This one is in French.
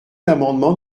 l’amendement